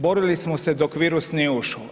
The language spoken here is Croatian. Borili smo se dok virus nije ušao.